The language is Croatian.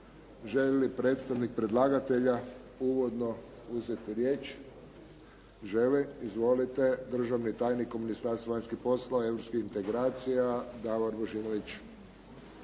Želi li predstavnik predlagatelja uvodno uzeti riječ? Želi. Izvolite. Državni tajnik u Ministarstvu vanjskih poslova i europskih integracija Davor Božinović.